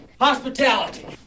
Hospitality